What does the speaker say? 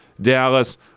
Dallas